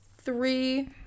three